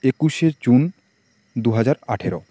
একুশে জুন দু হাজার আঠেরো